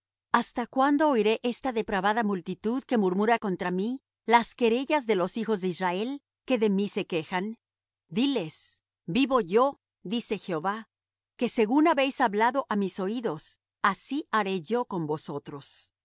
hasta cuándo oiré esta depravada multitud que murmura contra mí las querellas de los hijos de israel que de mí se quejan diles vivo yo dice jehová que según habéis hablado á mis oídos así haré yo con vosotros